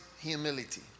humility